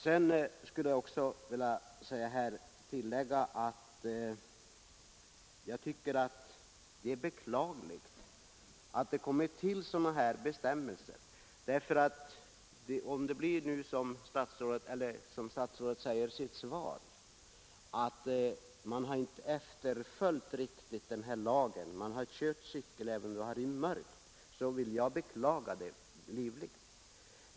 Jag skulle också vilja tillägga, att jag tycker att det är beklagligt att sådana bestämmelser som dessa genomförs. Om det nu är så, som statsrådet säger i sitt svar, att man inte helt har efterlevt bestämmelserna i fordonskungörelsen utan även under mörker framför cykel utan lykta, vill jag livligt beklaga det.